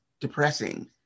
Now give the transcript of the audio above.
Depressing